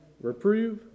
reprove